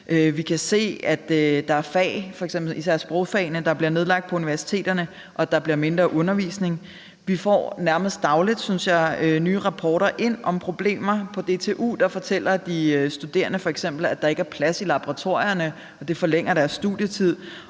Vi kan se, at der er fag, f.eks. især sprogfagene, der bliver nedlagt på universiteterne, og at der bliver mindre undervisning. Vi får nærmest dagligt, synes jeg, nye rapporter ind om problemer på DTU. De studerende fortæller f.eks., at der ikke er plads i laboratorierne, og at det forlænger deres studietid.